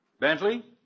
Bentley